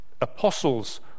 apostles